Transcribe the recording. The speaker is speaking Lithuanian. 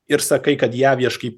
ir sakai kad jav ieškai